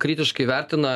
kritiškai vertina